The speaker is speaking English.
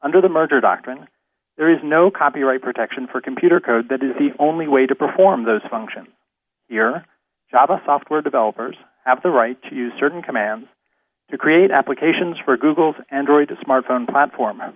under the merger doctrine there is no copyright protection for computer code that is the only way to perform those function here java software developers have the right to use certain commands to create applications for google's android smartphone platform